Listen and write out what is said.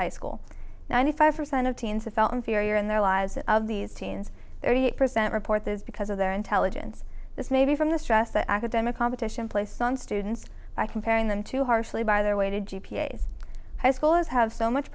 high school ninety five percent of teens are felt inferior in their lives of these teens thirty eight percent report is because of their intelligence this may be from the stress the academic competition place on students by comparing them too harshly by their way to g p a high school as have so much